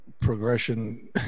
Progression